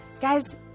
Guys